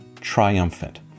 triumphant